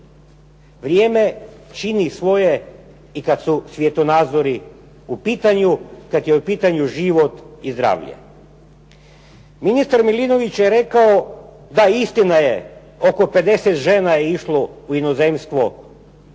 Vrijeme čini svoje i kada su svjetonazori u pitanju, kad je u pitanju život i zdravlje. Ministar Milinović je rekao, da istina je oko 50 žena je išlo u inozemstvo da dobije